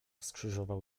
skrzyżował